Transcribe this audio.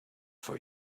for